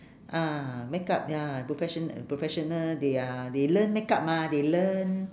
ah makeup ya professional professional they are they learn makeup mah they learn